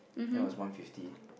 that was one fifty